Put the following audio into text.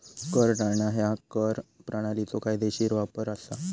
कर टाळणा ह्या कर प्रणालीचो कायदेशीर वापर असा